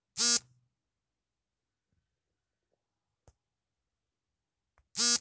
debit ಕಾರ್ಡನ್ನು ಅಂತರ್ಜಾಲದ ವ್ಯವಹಾರ ಆನ್ಲೈನ್ ಮತ್ತು ಆಫ್ಲೈನ್ ವಿಧಾನಗಳುಎರಡರಲ್ಲೂ ಬಳಸಬಹುದು